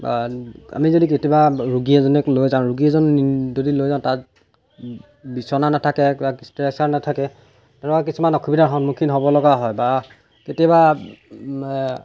বা আমি যদি কেতিয়াবা ৰোগী এজনক লৈ যাওঁ ৰোগী এজন যদি লৈ যাওঁ তাত বিচনা নাথাকে ষ্ট্ৰেছাৰ নাথাকে তেনেকুৱা কিছুমান অসুবিধা সন্মুখীন হ'ব লগা হয় বা কেতিয়াবা